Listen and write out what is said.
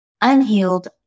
unhealed